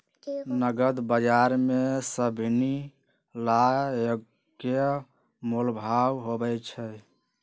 नगद बजार में सभनि ला एक्के मोलभाव होई छई